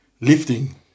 lifting